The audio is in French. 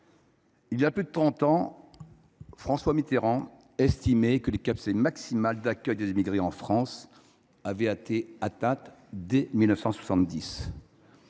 il y a plus de trente ans, François Mitterrand estimait que les capacités maximales d’accueil des immigrés en France avaient été atteintes dès les